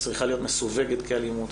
היא צריכה להיות מסווגת כאלימות,